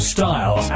Style